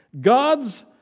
God's